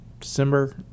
December